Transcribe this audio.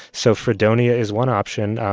so fredonia is one option.